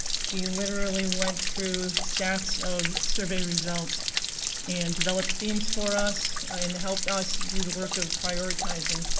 she and literally went through stacks of survey results and developed themes for us and helped us do the work of prioritizing.